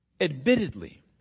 Admittedly